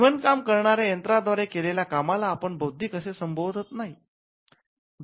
शिवण काम करणाऱ्या यंत्राद्वारे केलेल्या कामाला आपण बौद्धिक असे संबोधत नाहीत